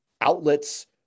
outlets